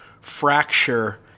fracture